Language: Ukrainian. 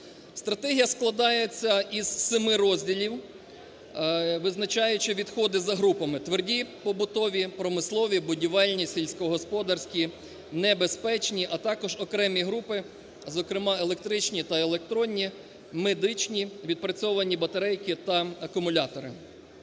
Стратегія складається із 7 розділів, визначаючі відходи за групами: тверді, побутові, промислові, будівельні, сільськогосподарські, небезпечні, а також окремі групи, зокрема електричні та електронні, медичні, відпрацьовані батарейки та акумулятори.